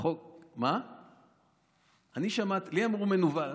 החוק, אני שמעתי, לי אמרו מנוול.